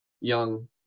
young